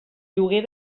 lloguer